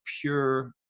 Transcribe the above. pure